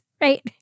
right